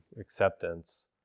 acceptance